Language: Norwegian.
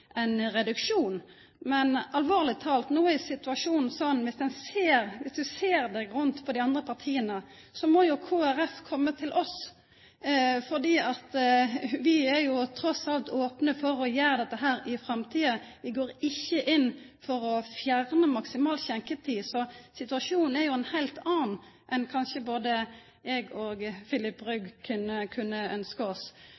ein reduksjon. Men alvorleg talt, no er situasjonen sånn at viss ein ser seg rundt på dei andre partia, så må jo Kristeleg Folkeparti komma til oss, for vi er trass i alt opne for å gjera dette i framtida. Vi går ikkje inn for å fjerna maksimal skjenkjetid. Situasjonen er ein heilt annan enn kanskje både eg og Filip Rygg kunne ønskje oss.